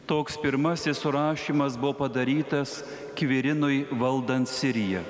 toks pirmasis surašymas buvo padarytas kvirinui valdant siriją